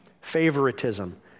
favoritism